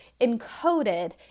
encoded